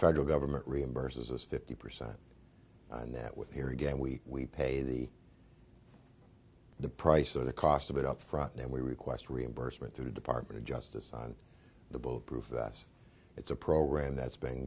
federal government reimburses us fifty percent and that with here again we pay the the price of the cost of it upfront and we request reimbursement through the department of justice on the bullet proof vest it's a program that's been